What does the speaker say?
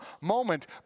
moment